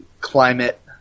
climate